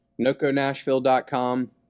Noconashville.com